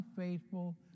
unfaithful